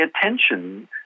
attention